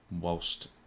whilst